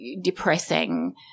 depressing